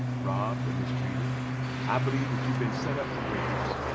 rob mistreated i believe that you've been set up for greatness.